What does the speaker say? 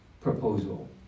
proposal